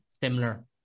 similar